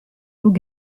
loup